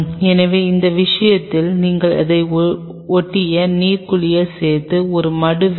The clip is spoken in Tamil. எனவே அந்த விஷயத்தில் நீங்கள் அதை ஒட்டிய நீர் குளியல் சேர்த்து ஒரு மடு வேண்டும்